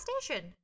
station